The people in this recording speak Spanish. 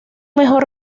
mejor